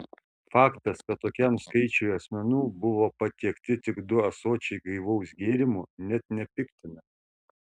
faktas kad tokiam skaičiui asmenų buvo patiekti tik du ąsočiai gaivaus gėrimo net nepiktina